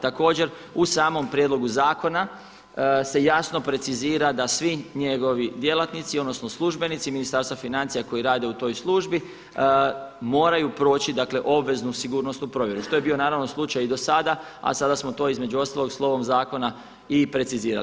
Također u samom prijedlogu zakona se jasno precizira da svi njegovi djelatnici odnosno službenici Ministarstva financija koji rade u toj službi moraju proći dakle obveznu sigurnosnu provjeru što je bio naravno slučaj i dosada a sada smo to između ostalog i slovom zakona i precizirali.